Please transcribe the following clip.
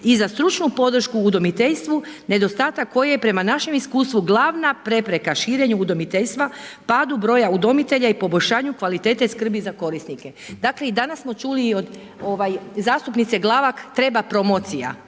i za stručnu podršku u udomiteljstvu, nedostatak koji je prema našem iskustvu glavna prepreka širenje udomiteljstva, padu broja udomitelja i poboljšanju kvalitete skrbi za korisnike. Dakle i danas smo čuli i od zastupnice Glavak treba promocija.